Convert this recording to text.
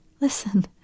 Listen